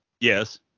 Yes